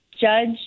judge